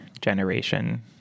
generation